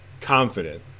confident